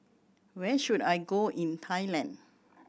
where should I go in Thailand